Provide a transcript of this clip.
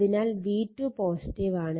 അതിനാൽ v2 ആണ്